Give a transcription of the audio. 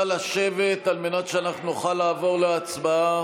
נא לשבת על מנת שאנחנו נוכל לעבור להצבעה.